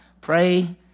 Pray